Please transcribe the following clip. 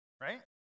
right